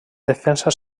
defensa